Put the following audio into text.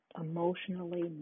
emotionally